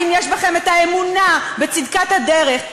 האם יש בכם האמונה בצדקת הדרך?